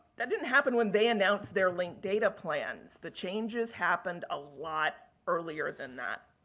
that didn't happen when they announced their link data plans. the changes happened a lot earlier than that.